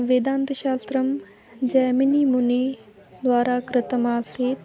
वेदान्तशास्त्रं जैमिनिमुनिद्वारा कृतमासीत्